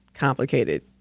complicated